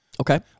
Okay